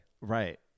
Right